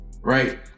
right